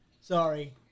Sorry